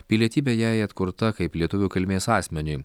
pilietybė jei atkurta kaip lietuvių kilmės asmeniui